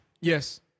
Yes